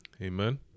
Amen